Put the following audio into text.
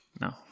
no